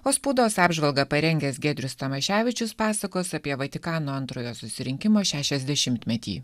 o spaudos apžvalgą parengęs giedrius tamaševičius pasakos apie vatikano antrojo susirinkimo šešiasdešimtmetį